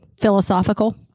philosophical